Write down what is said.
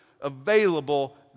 available